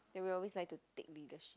then we always like to take leadership